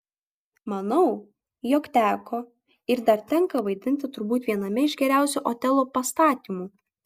manau jog teko ir dar tenka vaidinti turbūt viename iš geriausių otelo pastatymų